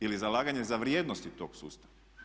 Ili zalaganje za vrijednosti tog sustava.